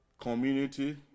community